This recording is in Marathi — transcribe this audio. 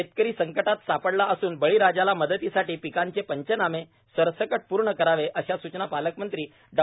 शेतकरी संकटात सापडला असून बळीराजाला मदतीसाठी पिकांचे पंचनामे सरसकट पूर्ण करावे अशा सूचना पालकमंत्री डॉ